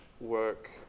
work